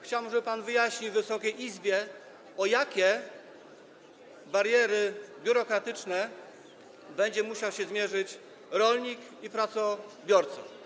Chciałbym, żeby pan wyjaśnił Wysokiej Izbie, z jakimi barierami biurokratycznymi będą musieli się zmierzyć rolnik i pracobiorca.